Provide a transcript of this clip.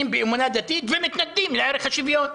דתית ומתנגדים לערך השוויון.